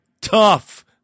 Tough